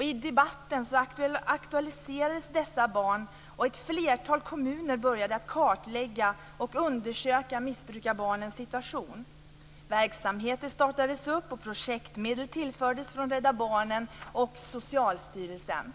I debatten aktualiserades dessa barn, och ett flertal kommuner började att kartlägga och undersöka missbrukarbarnens situation. Verksamheter startades och projektmedel tillfördes från Rädda barnen och Socialstyrelsen.